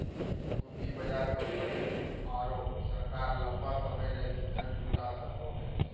पूँजी बाजार कंपनी आरो सरकार लंबा समय लगी धन जुटा सको हइ